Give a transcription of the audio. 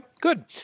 Good